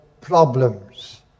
problems